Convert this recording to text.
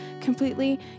completely